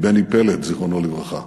מבני פלד, זיכרונו לברכה,